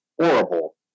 horrible